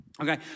okay